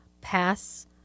pass